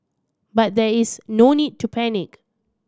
but there is no need to panic